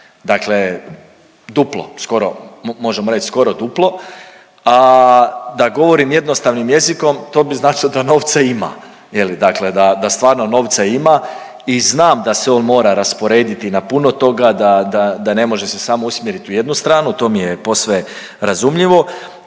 Dakle duplo skoro, možemo reći skoro duplo, a da govorim jednostavnim jezikom, to bi značilo da novca ima, je li, dakle da stvarno novca ima i znam da se on mora rasporediti na puno toga, da ne može se samo usmjeriti u jednu stranu, to mi je posve razumljivo,